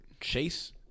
chase